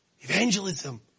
evangelism